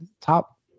top